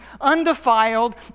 undefiled